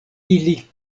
ili